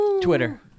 Twitter